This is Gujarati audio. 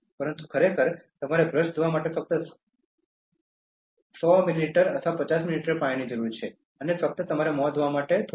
પરંતુ ખરેખર તમારે બ્રશ ધોવા માટે ફક્ત 100 મિલી અથવા 50 મિલીની જરૂર છે અને ફક્ત તમારા મોં ધોવા માટે થોડુંક